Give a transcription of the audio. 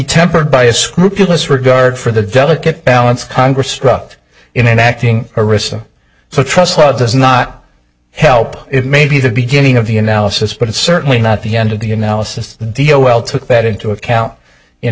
tempered by a scrupulous regard for the delicate balance congress struck in enacting arista so trust law does not help it may be the beginning of the analysis but it's certainly not the end of the analysis deal well took that into account